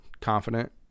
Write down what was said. confident